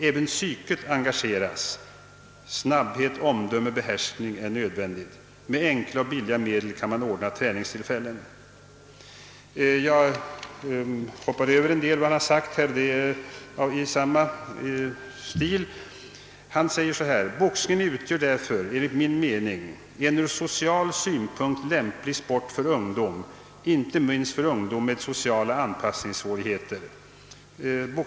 Även psyket engageras ——— snabbhet, omdöme, behärskning m.m. Med enkla och billiga medel kan man ordna träningstillfällen, ——— Boxningen utgör därför enligt min mening en ur social synpunkt lämplig sport för ungdom, inte minst för ungdom med sociala anpassningssvårigheter.